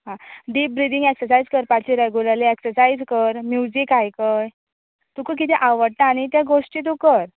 आं deep breathing exercise करपाची regularly exercise कर म्युजीक आयकय तुका कितें आवडटा आनी ते गोश्टी तूं कर